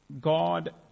God